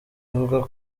avuga